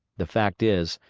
the fact is,